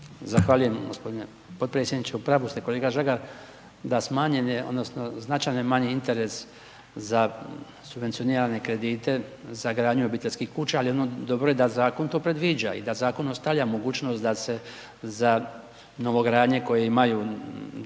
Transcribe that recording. Zahvaljujem gospodine potpredsjedniče. U pravu ste kolega Žagar da smanjene, odnosno značajni je manji interes za subvencioniranje kredite za gradnju obiteljskih kuća ali ono dobro je da zakon to predviđa i da zakon ostavlja mogućnost da se za novogradnje koje imaju